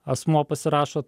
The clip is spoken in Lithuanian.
asmuo pasirašo